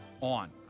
on